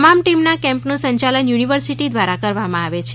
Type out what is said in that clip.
તમામ ટીમના કેમ્પનું સંચાલન યુનિવર્સિટી દ્વારા કરવામાં આવે છે